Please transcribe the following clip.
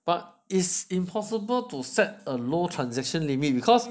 but it's impossible to set a low transition limit because